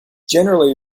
generally